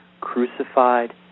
crucified